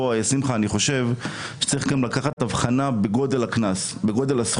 ופה אני חושב שצריך לקחת הבחנה גם בגודל הסכום.